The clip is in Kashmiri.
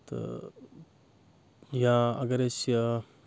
تہٕ یا اگر أسۍ یہِ